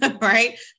right